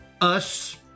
us-